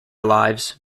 lives